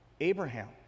Abraham